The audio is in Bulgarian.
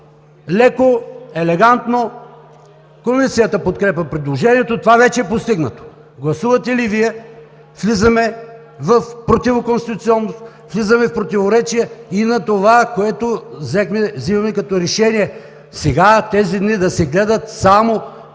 леко, елегантно: „Комисията подкрепя предложението“, това вече е постигнато. Гласувате ли Вие, влизаме в противоконституционност, влизаме в противоречие и на това, което вземаме като решение сега – тези дни да се гледат само теми,